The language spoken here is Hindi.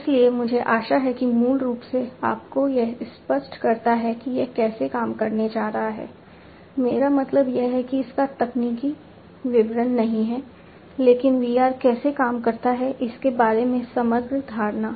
इसलिए मुझे आशा है कि यह मूल रूप से आपको यह स्पष्ट करता है कि यह कैसे काम करने जा रहा है मेरा मतलब यह है कि इसका तकनीकी विवरण नहीं है लेकिन VR कैसे काम करता है इसके बारे में समग्र धारणा